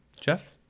Jeff